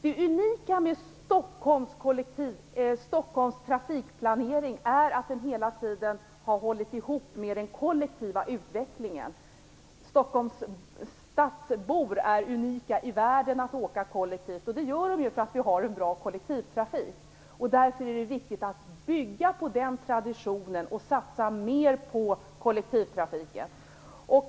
Det unika med Stockholms trafikplanering är att den hela tiden har hållit ihop med den kollektiva utvecklingen. Stockholms stadsbor är unika i världen när det gäller att åka kollektivt. De åker kollektivt, eftersom vi har en bra kollektivtrafik. Därför är det viktigt att bygga på den traditionen och satsa mer på kollektivtrafiken.